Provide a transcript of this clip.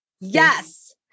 Yes